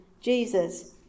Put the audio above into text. Jesus